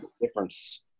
difference